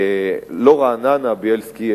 לא רעננה, בילסקי.